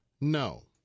No